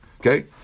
Okay